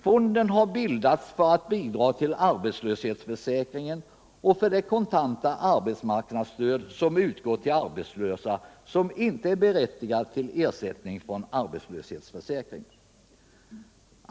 Fonden har bildats för att bidra till arbetslöshetsförsäkringen och det kontanta arbetsmarknadsstöd som utgår till arbetslösa som inte är berättigade till ersättning från arbetslöshetsförsäkringen.